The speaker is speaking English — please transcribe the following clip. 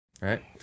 Right